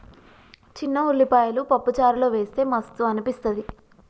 చిన్న ఉల్లిపాయలు పప్పు చారులో వేస్తె మస్తు అనిపిస్తది